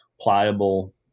pliable